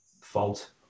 fault